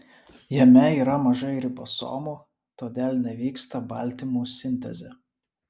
jame yra mažai ribosomų todėl nevyksta baltymų sintezė